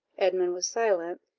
edmund was silent,